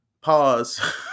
pause